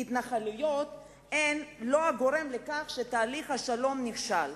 ההתנחלויות הן לא הגורם לכך שתהליך השלום נכשל.